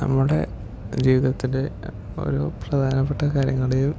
നമ്മുടെ ജീവിതത്തിലെ ഒരു പ്രധാനപ്പെട്ട കാര്യങ്ങളെയും